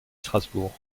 strasbourg